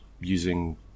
using